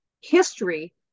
history